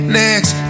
next